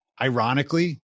Ironically